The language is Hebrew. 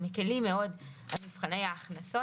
מקלים מאוד על מבחני ההכנסות,